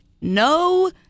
no